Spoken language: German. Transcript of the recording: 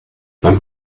beim